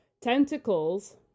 Tentacles